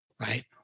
right